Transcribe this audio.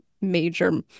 major